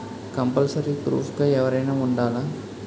Compulsory proof గా ఎవరైనా ఉండాలా?